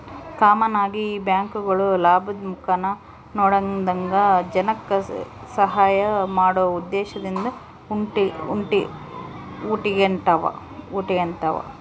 common ಆಗಿ ಈ ಬ್ಯಾಂಕ್ಗುಳು ಲಾಭುದ್ ಮುಖಾನ ನೋಡದಂಗ ಜನಕ್ಕ ಸಹಾಐ ಮಾಡೋ ಉದ್ದೇಶದಿಂದ ಹುಟಿಗೆಂಡಾವ